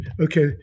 okay